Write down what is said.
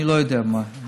אני לא יודע מה.